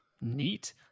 Neat